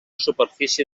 superfície